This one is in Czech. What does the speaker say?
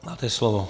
Máte slovo.